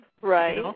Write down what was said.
Right